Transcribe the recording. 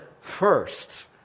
first